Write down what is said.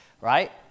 right